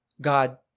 God